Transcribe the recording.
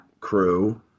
crew